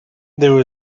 there